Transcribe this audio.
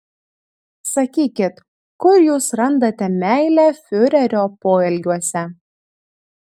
sakykit kur jūs randate meilę fiurerio poelgiuose